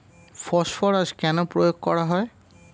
Phosphorus কেন প্রয়োগ করা হয়?